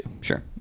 Sure